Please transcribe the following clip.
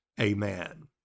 amen